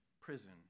prison